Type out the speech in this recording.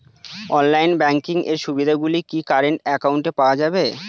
Online banking এর সুবিধে গুলি কি কারেন্ট অ্যাকাউন্টে পাওয়া যাবে?